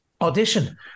audition